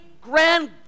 grand